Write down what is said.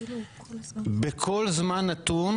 בכל זמן נתון